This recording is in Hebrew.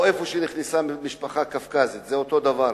או במקום שנכנסה משפחה קווקזית, אותו הדבר.